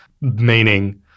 meaning